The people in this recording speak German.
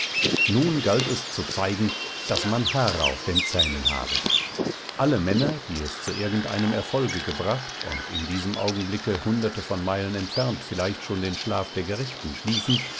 nun galt es zu zeigen daß man haare auf den zähnen habe alle männer die es zu irgendeinem erfolge gebracht und in diesem augenblicke hunderte von meilen entfernt vielleicht schon den schlaf der gerechten schliefen